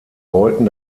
wollten